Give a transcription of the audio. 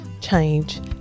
change